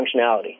functionality